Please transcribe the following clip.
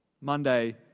Monday